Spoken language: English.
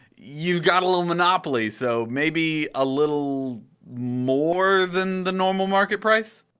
you've got a little monopoly so maybe a little more than the normal market price?